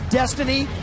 destiny